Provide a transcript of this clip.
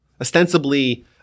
ostensibly